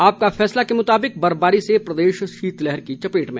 आपका फैसला के मुताबिक बर्फबारी से प्रदेश शीतलहर की चपेट में